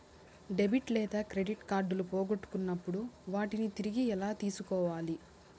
debit లేదా credit కార్డులు పోగొట్టుకున్నప్పుడు వాటిని తిరిగి ఎలా తీసుకోవాలి